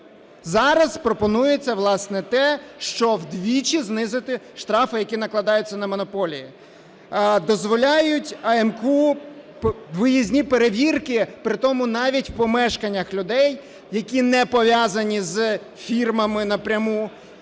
Зараз пропонується, власне, те, щоб вдвічі знизити штрафи, які накладаються на монополії. Дозволяють АМКУ виїзні перевірки притому навіть в помешканнях людей, які не пов'язані з фірмами напряму,